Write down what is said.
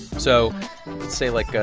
so let's say, like,